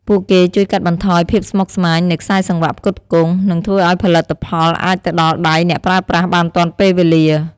ពួកគេជួយកាត់បន្ថយភាពស្មុគស្មាញនៃខ្សែសង្វាក់ផ្គត់ផ្គង់ និងធ្វើឱ្យផលិតផលអាចទៅដល់ដៃអ្នកប្រើប្រាស់បានទាន់ពេលវេលា។